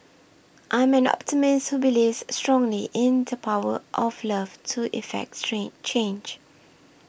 I'm an optimist who believes strongly in the power of love to effect change